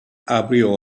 abrió